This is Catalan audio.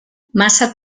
massa